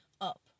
up